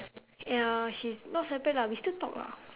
ya she's not separate lah we still talk lah